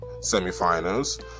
semi-finals